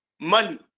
Money